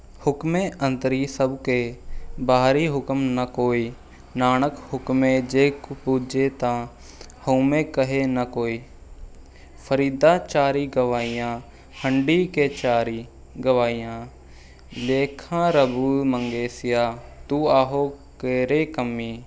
ਹੁਕਮੈ ਅੰਦਰਿ ਸਭੁ ਕੇ ਬਾਹਰਿ ਹੁਕਮ ਨ ਕੋਇ ਨਾਨਕ ਹੁਕਮੈ ਜੇ ਕੁ ਬੁਝੈ ਤਾਂ ਹਉਮੈ ਕਹੈ ਨ ਕੋਇ ਫਰੀਦਾ ਚਾਰਿ ਗਵਾਇਆ ਹੰਢਿ ਕੈ ਚਾਰਿ ਗਵਾਇਆ ਲੇਖਾ ਰਬੁ ਮੰਗੇਸੀਆ ਤੂੰ ਆਹੋ ਕੇਰ੍ਹੇ ਕੰਮਿ